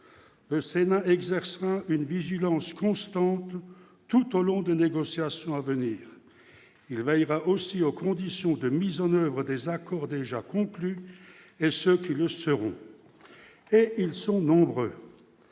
ses mains exercent une vigilance constante tout au long de négociations à venir, il va, il va aussi aux conditions de mise en oeuvre des accords déjà conclus et ceux qui le seront et ils sont nombreux,